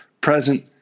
present